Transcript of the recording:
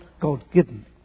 God-given